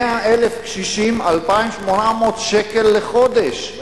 100,000 קשישים, 2,800 שקל לחודש.